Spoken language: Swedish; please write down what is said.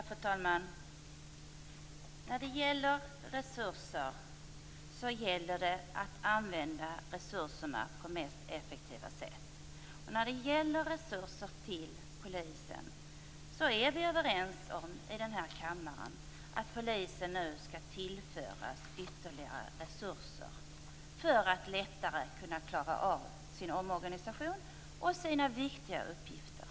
Fru talman! Det gäller att använda resurserna på det mest effektiva sättet. Vi i denna kammare är överens om att polisen nu skall tillföras ytterligare resurser för att lättare kunna klara av sin omorganisation och sina viktiga uppgifter.